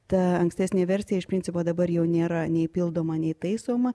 ta ankstesnė versija iš principo dabar jau nėra nei pildoma nei taisoma